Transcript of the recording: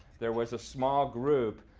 there was a small group,